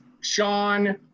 Sean